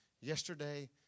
yesterday